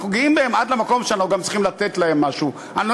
אנחנו גאים בהם עד למקום שאנחנו גם צריכים לתת להם משהו.